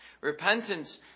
Repentance